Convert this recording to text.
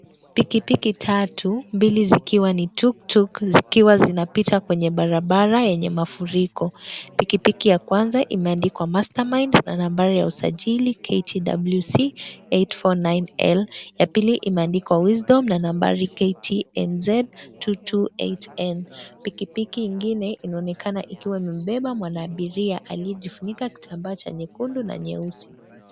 Pikipiki tatu, mbili zikiwa ni tuktuk , zikiwa zinapita kwenye barabara yenye mafuriko. Pikipiki ya kwanza imeandikwa mastermind na nambari ya usajili KTWC 849L, ya pili imeandikwa wisdom na nambari KTMZ 228N. Pikipiki ingine inaonekana ikiwa imebeba mwanaabiria akiwa amejifunika kitambaa cha nyekundu na nyeusi.